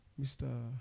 Mr